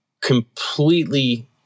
completely